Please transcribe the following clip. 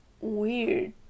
weird